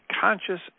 conscious